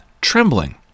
trembling